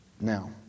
Now